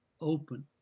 open